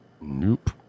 Nope